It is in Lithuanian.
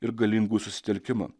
ir galingų susitelkimą